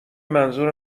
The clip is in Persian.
منظور